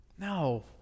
No